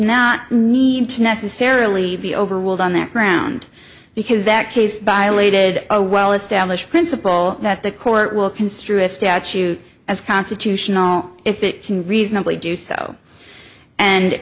not need to necessarily be overruled on that ground because that case by lated a well established principle that the court will construe a statute as constitutional if it can reasonably do so and